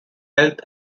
health